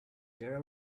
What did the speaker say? there